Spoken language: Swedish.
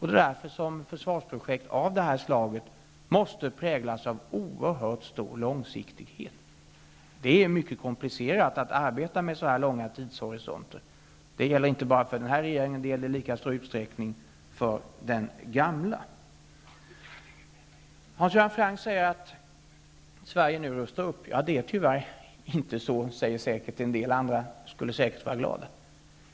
Det är därför försvarsprojekt av det slaget måste präglas av oerhört stor långsiktighet. Det är mycket komplicerat att arbeta med så långa tidshorisonter. Det gäller inte bara för denna regering, utan det gäller i lika lång utsträckning för den tidigare regeringen. Hans Göran Franck säger att Sverige rustar upp. Det är tyvärr inte så. En del andra skulle säkert vara glada.